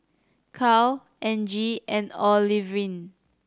Carl Argie and Olivine